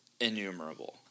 innumerable